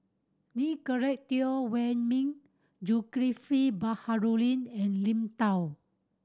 Nicolette Teo Wei Min Zulkifli Baharudin and Lim